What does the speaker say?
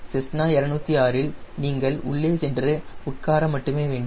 Cessna 206 இல் நீங்கள் உள்ளே சென்று உட்கார மட்டுமே வேண்டும்